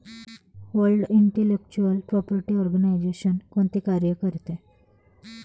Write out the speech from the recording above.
World intellectual property organisation कोणते कार्य करते?